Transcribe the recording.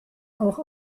auch